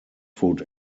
food